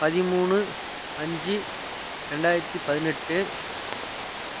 பதிமூணு அஞ்சு ரெண்டாயிரத்தி பதினெட்டு